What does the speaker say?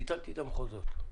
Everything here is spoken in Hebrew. ביטלתי את המחוזות.